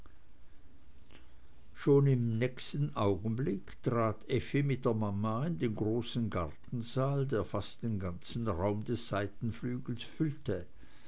schon im nächsten augenblick trat effi mit der mama in den großen gartensaal der fast den ganzen raum des seitenflügels füllte